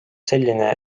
selline